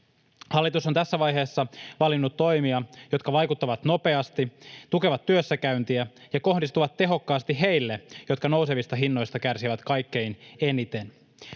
Hallitus on tässä vaiheessa valinnut toimia, jotka vaikuttavat nopeasti, tukevat työssäkäyntiä ja kohdistuvat tehokkaasti heille, jotka nousevista hinnoista kärsivät kaikkein eniten.